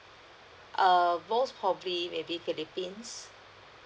err most probably maybe philippines